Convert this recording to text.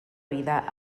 vida